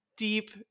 deep